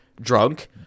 drunk